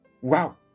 wow